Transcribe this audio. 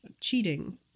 cheating